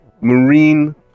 marine